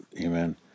Amen